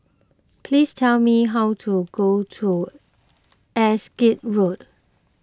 please tell me how to go to Erskine Road